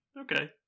Okay